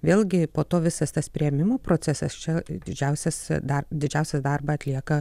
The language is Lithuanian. vėlgi po to visas tas priėmimo procesas čia didžiausias dar didžiausią darbą atlieka